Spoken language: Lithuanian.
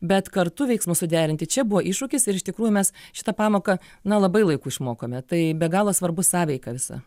bet kartu veiksmus suderinti čia buvo iššūkis ir iš tikrųjų mes šitą pamoką na labai laiku išmokome tai be galo svarbu sąveika visa